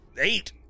eight